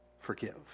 forgive